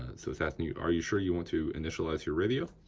so it's asking you, are you sure you want to initialize your radio?